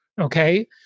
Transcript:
okay